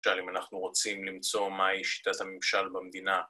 ‫שאל אם אנחנו רוצים למצוא ‫מהי שיטת הממשל במדינה.